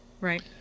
Right